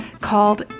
called